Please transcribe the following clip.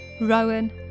Rowan